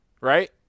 Right